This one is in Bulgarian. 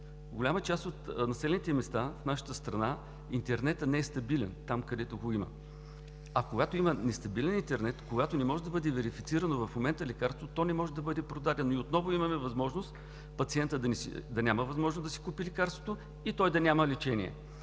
голяма част от населените места в нашата страна интернетът не е стабилен там, където го има. А, когато има нестабилен интернет, когато не може да бъде верифицирано в момента лекарството, то не може да бъде продадено и отново може пациентът да няма възможност да си купи лекарството и да няма лечение.